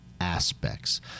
aspects